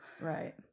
Right